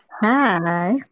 Hi